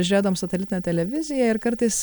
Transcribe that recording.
žiūrėdavom satelitinę televiziją ir kartais